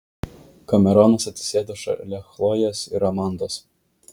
kameronas atsisėdo šalia chlojės ir amandos